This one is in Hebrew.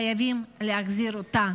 חייבים להחזיר אותה